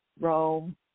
Rome